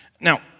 Now